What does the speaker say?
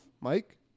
Mike